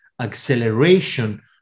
acceleration